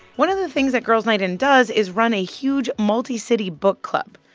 one of the things that girls' night in does is run a huge, multi-city book club.